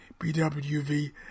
BWV